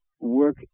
work